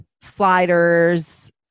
sliders